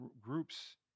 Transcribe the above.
groups